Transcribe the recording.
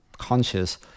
conscious